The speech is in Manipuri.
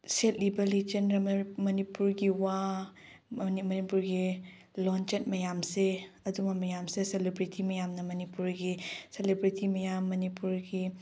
ꯁꯦꯠꯂꯤꯕ ꯂꯤꯆꯠ ꯃꯅꯤꯄꯨꯔꯒꯤ ꯋꯥ ꯃꯅꯤꯄꯨꯔꯒꯤ ꯂꯣꯟꯆꯠ ꯃꯌꯥꯝꯁꯦ ꯑꯗꯨꯝꯕ ꯃꯌꯥꯝꯁꯦ ꯁꯦꯂꯦꯕ꯭ꯔꯤꯇꯤ ꯃꯌꯥꯝꯅ ꯃꯅꯤꯄꯨꯔꯒꯤ ꯁꯦꯂꯦꯕ꯭ꯔꯤꯇꯤ ꯃꯌꯥꯝ ꯃꯅꯤꯄꯨꯔꯒꯤ